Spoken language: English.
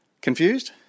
Confused